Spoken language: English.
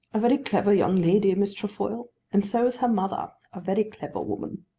a very clever young lady, miss trefoil and so is her mother, a very clever woman.